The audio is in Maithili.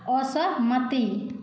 असहमति